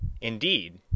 indeed